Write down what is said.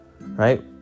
right